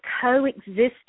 coexisting